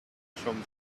from